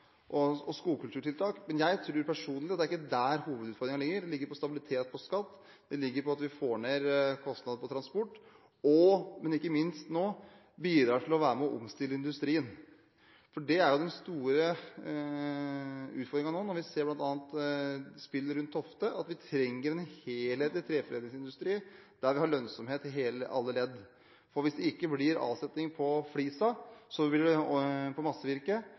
er der hovedutfordringen ligger. Den ligger i stabil skatt, i at vi får ned transportkostnader, og ikke minst i at vi nå bidrar til å omstille industrien. Det er jo den store utfordringen nå. Vi ser det bl.a. i spillet rundt Tofte at vi trenger en helhetlig treforedlingsindustri, der vi har lønnsomhet i alle ledd. Hvis det ikke blir avsetning av massevirket, vil det også bli utfordringer i sagbruksindustrien. Så det er den største utfordringen vi alle står overfor. Vi kan bruke de virkemidlene vi har når det